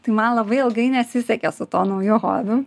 tai man labai ilgai nesisekė su tuo nauju hobiu